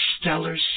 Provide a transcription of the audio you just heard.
stellar